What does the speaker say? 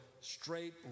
straight